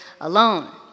alone